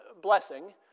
blessing